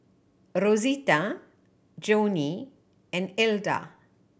Rosita Joanie and Elda